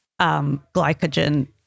glycogen